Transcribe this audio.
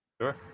sure